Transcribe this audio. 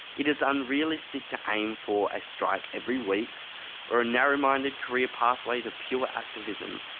it is unrealistic to aim for a strike every week or a narrowminded career pathway to pure activism.